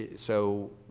yeah so